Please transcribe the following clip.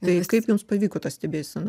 tai kaip jums pavyko ta stebėsena